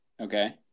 Okay